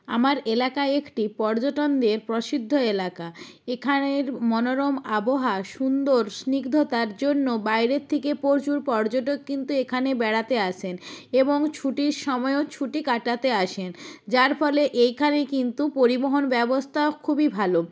আমার এলাকায় একটি পর্যটনদের প্রসিদ্ধ এলাকা এখানের মনোরম আবহাওয়া সুন্দর স্নিগ্ধতার জন্য বাইরের থেকে প্রচুর পর্যটক কিন্তু এখানে বেড়াতে আসেন এবং ছুটির সময়ও ছুটি কাটাতে আসেন যার ফলে এইখানে কিন্তু পরিবহন ব্যবস্থাও খুবই ভালো